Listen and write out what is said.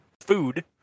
food